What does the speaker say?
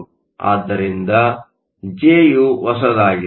ಆದ್ದರಿಂದ J U ಹೊಸದಾಗಿದೆ